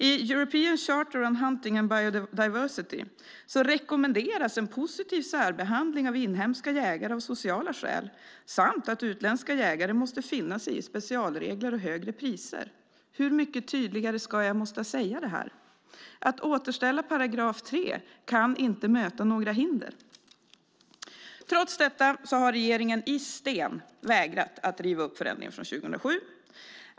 I European Charter on Hunting and Biodiversity rekommenderas en positiv särbehandling av inhemska jägare av sociala skäl samt att utländska jägare måste finna sig i specialregler och högre priser. Hur mycket tydligare måste jag säga detta? Att återställa § 3 kan inte möta några hinder. Trots detta har regeringen i sten vägrat att riva upp förändringen från 2007.